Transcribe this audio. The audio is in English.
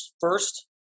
first